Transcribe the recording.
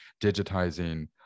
digitizing